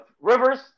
Rivers